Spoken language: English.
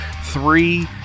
three